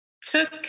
took